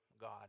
God